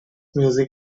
music